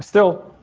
still,